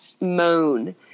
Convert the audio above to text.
moan